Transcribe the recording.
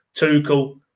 Tuchel